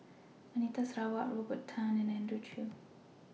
Anita Sarawak Robert Tan and Andrew Chew